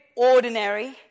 ordinary